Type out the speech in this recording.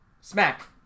smack